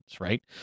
right